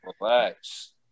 Relax